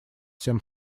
всем